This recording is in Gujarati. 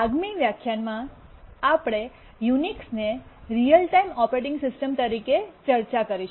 આગામી વ્યાખ્યાનમાં આપણે યુનિક્સને રીઅલ ટાઇમ ઓપરેટિંગ સિસ્ટમ તરીકે ચર્ચા કરીશું